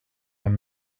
one